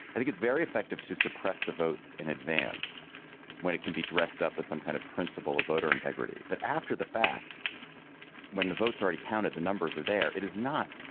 i think it's very effective to suppress the vote in a dance when it can be dressed up as some kind of principle of voter integrity. but after the fact when the vote's already counted the numbers are there. it is not.